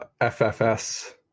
ffs